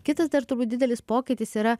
kitas dar turbūt didelis pokytis yra